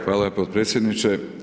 Hvala potpredsjedniče.